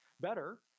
Better